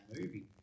movie